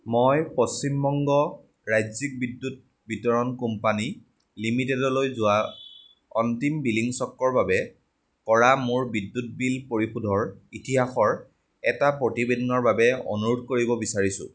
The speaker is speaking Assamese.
মই পশ্চিম বংগ ৰাজ্যিক বিদ্যুৎ বিতৰণ কোম্পানী লিমিটেডলৈ যোৱা অন্তিম বিলিং চক্ৰৰ বাবে কৰা মোৰ বিদ্যুৎ বিল পৰিশোধৰ ইতিহাসৰ এটা প্ৰতিবেদনৰ বাবে অনুৰোধ কৰিব বিচাৰিছোঁ